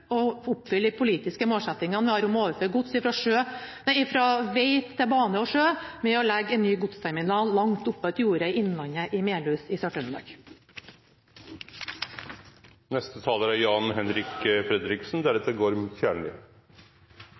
å oppfylle de politiske målsettingene vi har om å overføre gods fra vei til bane og sjø, ved å legge en ny godsterminal langt oppe på et jorde i innlandet i Melhus i Sør-Trøndelag. Det er